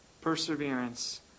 perseverance